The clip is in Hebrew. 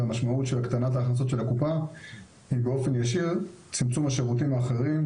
והמשמעות הישירה של הקטנת ההכנסות של הקופה היא צמצום השירותים האחרים.